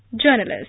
journalist